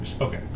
Okay